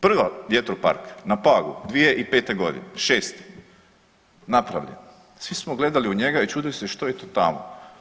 Prva, vjetropark na Pagu 2005.g., šeste napravljen, svi smo gledali u njega i čudili se što je to tamo.